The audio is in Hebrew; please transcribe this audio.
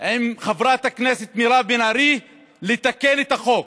עם חברת הכנסת מירב בן ארי לתקן את החוק.